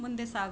ಮುಂದೆ ಸಾಗು